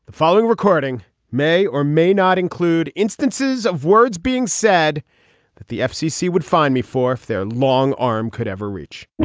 following recording may or may not include instances of words being said that the fcc would find me for if their long arm could ever reach